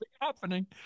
happening